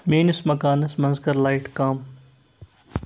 میٲنِس مکانس منٛز کر لایٹ کم